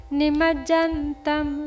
nimajantam